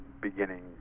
beginning